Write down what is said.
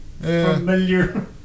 familiar